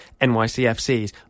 NYCFCs